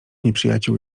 nieprzyjaciół